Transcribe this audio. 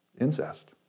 Incest